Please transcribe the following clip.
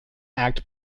act